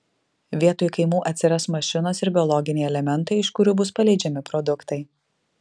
vietoj kaimų atsiras mašinos ir biologiniai elementai iš kurių bus paleidžiami produktai